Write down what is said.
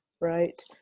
Right